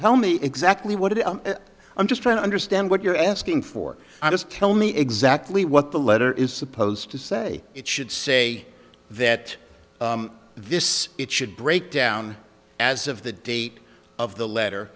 tell me exactly what it i'm just trying to understand what you're asking for i just tell me exactly what the letter is supposed to say it should say that this it should break down as of the date of the letter